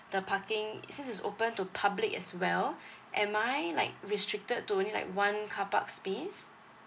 the parking since it's open to public as well am I like restricted to only like one carpark space